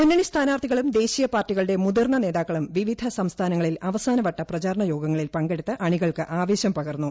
മുന്നണി സ്ഥാനാർത്ഥികളും ദേശീയ പാർട്ടികളുടെ മുതിർന്ന നേതാക്കളും പിപിധ സംസ്ഥാനങ്ങളിൽ അവ്സാനവട്ട പ്രചാരണ യോഗങ്ങളിൽ പങ്കെടുത്ത് അണികൾക്ക് ആവ്വേശിം പക്ർന്നു